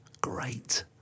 great